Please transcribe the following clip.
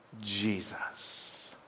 Jesus